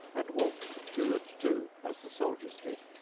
and walked two and two, as the soldiers did.